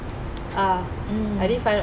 ah I already find on google